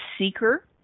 seeker